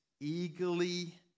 eagerly